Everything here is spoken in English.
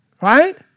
Right